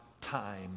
time